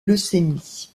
leucémie